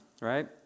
right